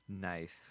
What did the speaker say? Nice